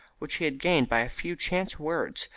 which he had gained by a few chance words,